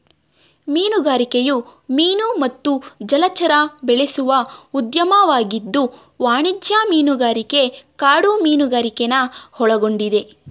ಮೀನುಗಾರಿಕೆಯು ಮೀನು ಮತ್ತು ಜಲಚರ ಬೆಳೆಸುವ ಉದ್ಯಮವಾಗಿದ್ದು ವಾಣಿಜ್ಯ ಮೀನುಗಾರಿಕೆ ಕಾಡು ಮೀನುಗಾರಿಕೆನ ಒಳಗೊಂಡಿದೆ